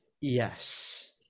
Yes